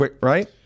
right